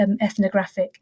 ethnographic